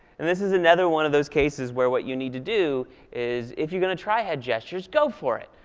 and this is another one of those cases where what you need to do is if you're going to try head gestures, go for it.